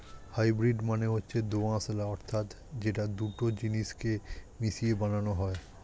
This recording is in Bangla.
হাইব্রিড মানে হচ্ছে দোআঁশলা অর্থাৎ যেটা দুটো জিনিস কে মিশিয়ে বানানো হয়